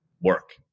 work